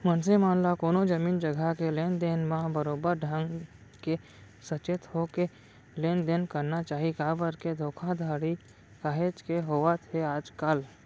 मनसे मन ल कोनो जमीन जघा के लेन देन म बरोबर बने ढंग के सचेत होके लेन देन करना चाही काबर के धोखाघड़ी काहेच के होवत हे आजकल